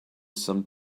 some